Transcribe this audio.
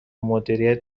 مدیریت